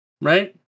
right